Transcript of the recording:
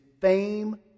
fame